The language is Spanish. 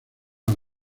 las